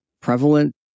prevalent